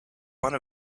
one